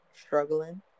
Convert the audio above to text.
struggling